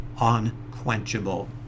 unquenchable